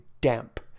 damp